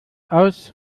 aus